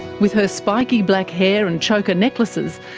with her spiky black hair and choker necklaces,